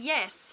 Yes